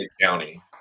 county